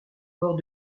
bords